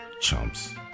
Chumps